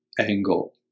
angle